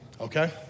okay